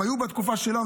הם היו בתקופה שלנו,